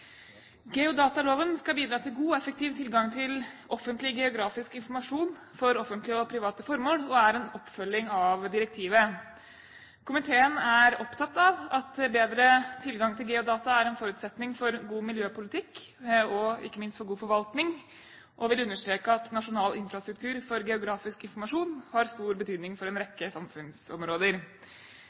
Geodataloven skal bidra til god og effektiv tilgang til offentlig geografisk informasjon for offentlige og private formål, og er en oppfølging av direktivet. Komiteen er opptatt av at bedre tilgang til geodata er en forutsetning for god miljøpolitikk og ikke minst for god forvaltning, og vil understreke at nasjonal infrastruktur for geografisk informasjon har stor betydning for en rekke samfunnsområder.